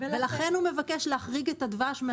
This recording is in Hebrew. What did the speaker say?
ולכן הוא מבקש להחריג את הדבש.